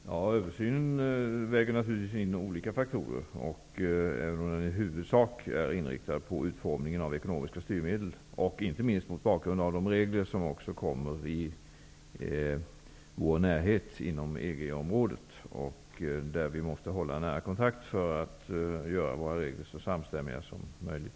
Herr talman! I översynen vägs naturligtvis in olika faktorer, även om den i huvudsak är inriktad på utforming av ekonomiska styrmedel, inte minst mot bakgrund av de regler som finns inom EG. Vi måste hålla en nära kontakt med EG för att kunna göra våra regler så samstämmiga som möjligt.